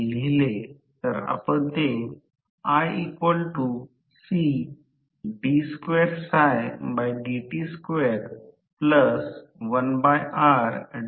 तर हे प्रवाह I1 आहे हे प्रवाह I2 आहे आणि हे I0 आहे फक्त येथे ट्रान्सफॉर्मर सर्किट सारखेच आहे S द्वारा हे r2 s आहे कारण हे फिरणारे उपकरण आहे